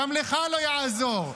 --- גם לך לא יעזור.